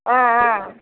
ஆஆ